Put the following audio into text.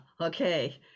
okay